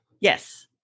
Yes